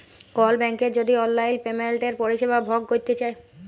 call ব্যাংকের যদি অললাইল পেমেলটের পরিষেবা ভগ ক্যরতে চায়